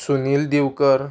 Sunil Divkar